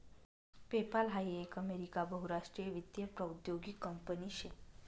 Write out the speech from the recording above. PayPal हाई एक America बहुराष्ट्रीय वित्तीय प्रौद्योगीक कंपनी शे